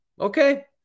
Okay